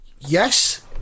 Yes